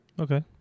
Okay